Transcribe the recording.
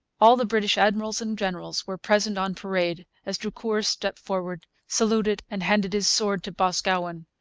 all the british admirals and generals were present on parade as drucour stepped forward, saluted, and handed his sword to boscawen.